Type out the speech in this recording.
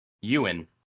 Ewan